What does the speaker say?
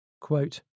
Quote